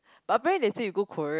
but very detail you go Korea